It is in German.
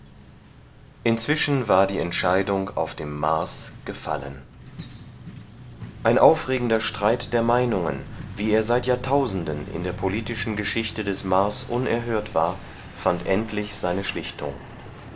inzwischen war die entscheidung auf dem mars gefallen ein aufregender streit der meinungen wie er seit jahrtausenden in der politischen geschichte des mars unerhört war fand endlich seine schlichtung